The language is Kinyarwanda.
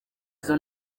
izo